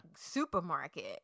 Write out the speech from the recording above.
supermarket